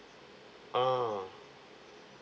err